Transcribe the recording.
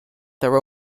their